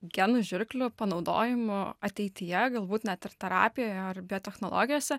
gen žirklių panaudojimu ateityje galbūt net ir terapijoje ar biotechnologijose